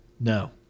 No